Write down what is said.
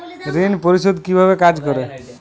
ঋণ পরিশোধ কিভাবে কাজ করে?